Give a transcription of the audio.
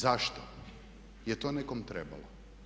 Zašto je to nekom trebalo?